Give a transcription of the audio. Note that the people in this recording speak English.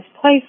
place